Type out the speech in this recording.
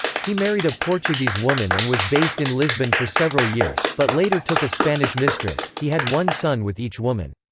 he married a portuguese woman and was based in lisbon for several years, but later took a spanish mistress he had one son with each woman.